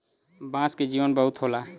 बांस के जीवन बहुत होला